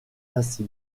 ainsi